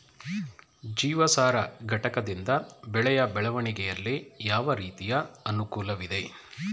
ಜೀವಸಾರ ಘಟಕದಿಂದ ಬೆಳೆಯ ಬೆಳವಣಿಗೆಯಲ್ಲಿ ಯಾವ ರೀತಿಯ ಅನುಕೂಲವಿದೆ?